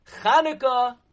Chanukah